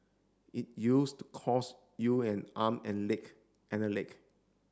it used to cost you an arm and leg and a leg